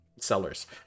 sellers